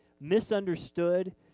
misunderstood